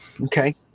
Okay